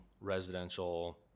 residential